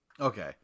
Okay